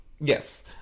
Yes